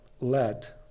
led